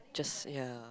just ya